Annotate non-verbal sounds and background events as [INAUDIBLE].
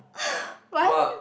[BREATH] what